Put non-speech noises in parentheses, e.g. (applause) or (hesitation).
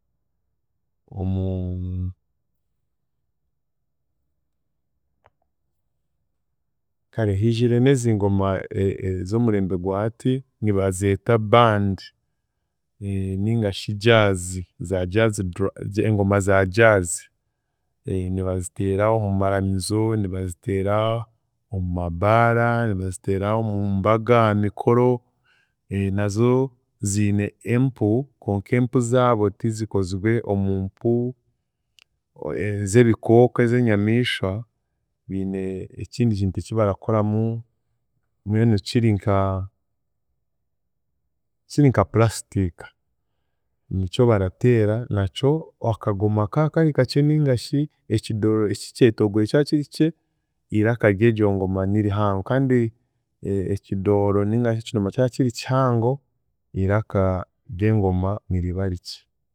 (hesitation) Kare hiijiremu ezi ngoma e- e- ez’omurembe gwa hati, nibazeeta band ningashi jazz za jazz drum, engoma za jazz (hesitation) nibaziteera omu maramizo, nibaziteera omu mabaara, nibaziteera omu mbaga aha mikoro (hesitation) nazo ziine empu konka empu zaabo tizikozigwe omu mpu z’ebikooko ez’enyamishwa, biine ekindi kintu ekibarakoramu mbwenu kiri nka kiri nka plastic, nikyo barateera nakyo akagoma ka kari kakye ningashi ekidooro eki kyetoogwire kya kiri kikye, iraka ry'egyo ngoma nirihango kandi ekidooro ningashi ekidomora kya kiri kihango, iraka ry’engoma niriba rikye.